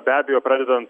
be abejo pradedant